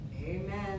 Amen